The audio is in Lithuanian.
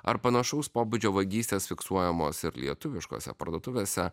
ar panašaus pobūdžio vagystės fiksuojamos ir lietuviškose parduotuvėse